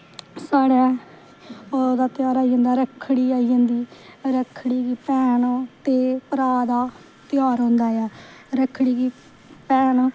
साढ़ै ओह्दा ध्याह्रआई जंदा रक्खड़ी आई जंदी रक्खड़ी गी पोआना ते भ्रा दा ध्यार होंदे ऐ रक्खड़ी गी भैनां